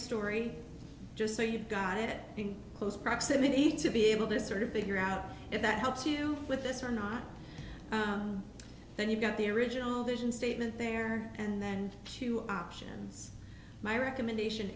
story just so you got it in close proximity to be able to sort of figure out if that helps you with this or not then you've got the original vision statement there and then two options my recommendation